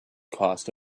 cost